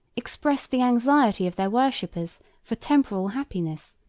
expressed the anxiety of their worshippers for temporal happiness,